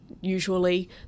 usually